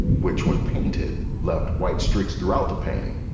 which when painted, left white streaks throughout the painting.